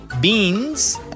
Beans